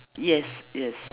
yes yes